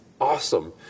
awesome